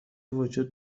وجود